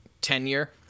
tenure